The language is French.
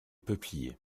peupliers